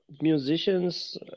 musicians